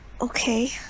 Okay